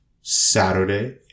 Saturday